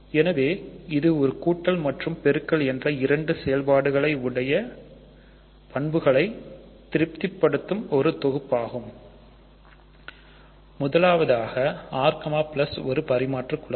எனவே இது கூட்டல் மட்டும் பெருக்கல் என்ற இரண்டு செயல்பாடுகளை உடைய பண்புகளை திருப்திப்படுத்தும் ஒரு தொகுப்பு ஆகும் முதலாவதாக ஒரு பரிமாற்று குலம்